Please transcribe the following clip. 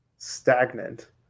stagnant